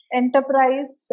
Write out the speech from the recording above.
enterprise